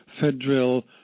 federal